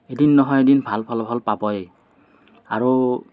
এদিন নহয় এদিন ভাল ফলাফল পাবই আৰু